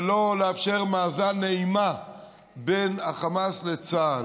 ולא לאפשר מאזן אימה בין החמאס לצה"ל.